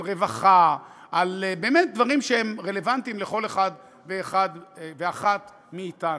על רווחה באמת דברים שהם רלוונטיים לכל אחד ואחת מאתנו.